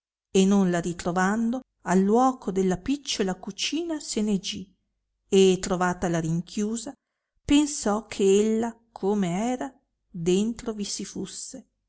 e non la ritrovando al luoco della picciola cucina se ne gì e trovatala rinchiusa pensò che ella come era dentro vi si fusse